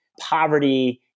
poverty